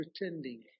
pretending